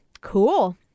cool